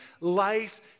life